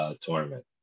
tournament